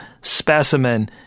specimen